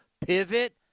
pivot